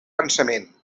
pensament